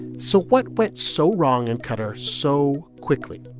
so what went so wrong in qatar so quickly?